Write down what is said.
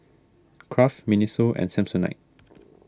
Kraft Miniso and Samsonite